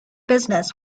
business